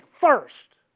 first